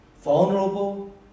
vulnerable